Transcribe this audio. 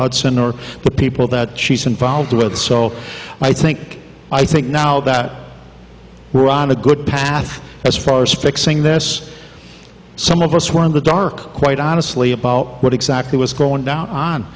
hudson or the people that she's involved with so i think i think now that ron a good path as far as fixing this some of us were on the dark quite honestly about what exactly was going on